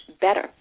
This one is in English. better